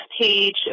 page